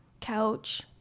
Couch